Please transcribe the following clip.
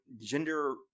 gender